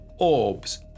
orbs